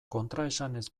kontraesanez